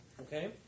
okay